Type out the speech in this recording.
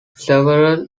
several